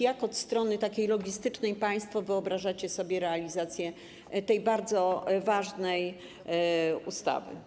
Jak od strony logistycznej państwo wyobrażacie sobie realizację tej bardzo ważnej ustawy?